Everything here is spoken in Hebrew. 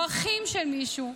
או אחים של מישהו.